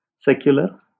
secular